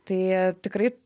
tai tikrai